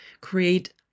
create